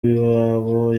w’iwabo